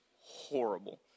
horrible